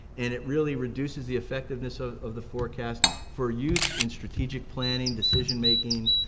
and it really reduces the effectiveness ah of the forecast for use in strategic planning, decision making,